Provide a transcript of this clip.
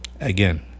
Again